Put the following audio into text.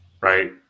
right